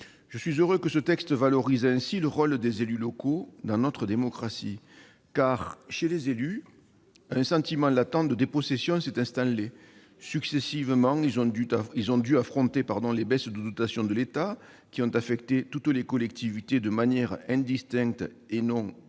Je suis heureux que ce texte valorise ainsi le rôle des élus locaux dans notre démocratie. En effet, chez les élus, un sentiment latent de dépossession s'est installé. Successivement, ils ont dû affronter les baisses de dotations de l'État, qui ont affecté toutes les collectivités de manière indistincte et non concertée,